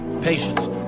Patience